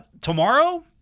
tomorrow